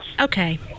Okay